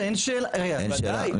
רגע, ודאי.